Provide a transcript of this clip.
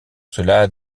cela